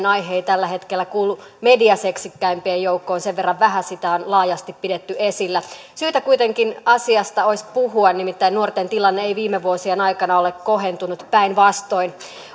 aihe ei tällä hetkellä kuulu mediaseksikkäimpien joukkoon sen verran vähän sitä on laajasti pidetty esillä syytä kuitenkin asiasta olisi puhua nimittäin nuorten tilanne ei viime vuosien aikana ole kohentunut päinvastoin